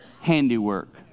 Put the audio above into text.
handiwork